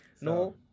No